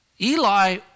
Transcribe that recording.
Eli